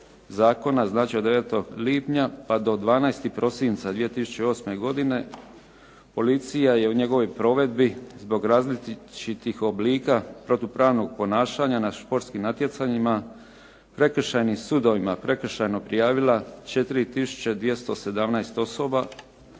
zakona, znači od 9. lipnja pa do 12. prosinca 2008. godine policija je u njegovoj provedbi zbog različitih oblika protupravnog ponašanja na športskim natjecanjima prekršajnim sudovima prekršajno prijavila 4 tisuće 217 osoba,